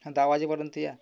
हं दहा वाजेपर्यंत या